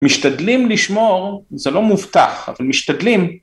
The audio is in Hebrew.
משתדלים לשמור, זה לא מובטח, אבל משתדלים.